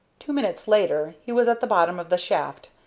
two minutes later he was at the bottom of the shaft,